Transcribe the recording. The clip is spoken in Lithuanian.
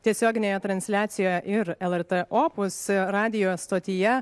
tiesioginėje transliacijoje ir lrt opus radijo stotyje